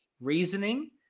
reasoning